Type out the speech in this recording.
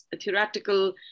theoretical